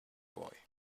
boy